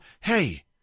hey